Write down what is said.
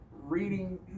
reading